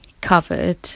covered